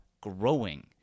growing